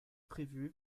prévu